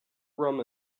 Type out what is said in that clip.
rum